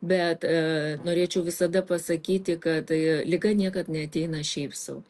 bet norėčiau visada pasakyti kad liga niekad neateina šiaip sau